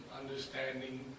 understanding